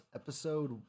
episode